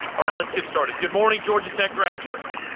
all right, let's get started. good morning georgia tech graduates.